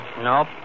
Nope